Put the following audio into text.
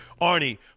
Arnie